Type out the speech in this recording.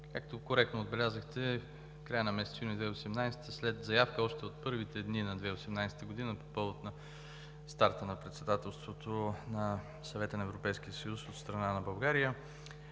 както коректно отбелязахте, в края на месец юни 2018 г. след заявка още в първите дни на 2018 г. по повод на старта на Председателството на Съвета на Европейския съюз от страна на България